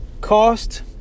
Cost